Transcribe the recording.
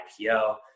IPO